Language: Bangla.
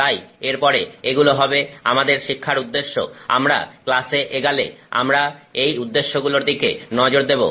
তাই এরপরে এগুলো হবে আমাদের শিক্ষার উদ্দেশ্য আমরা ক্লাসে এগালে আমরা এই উদ্দেশ্যগুলোর দিকে নজর দেবো